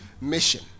mission